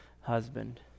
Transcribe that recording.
husband